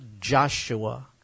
Joshua